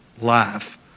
life